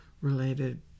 related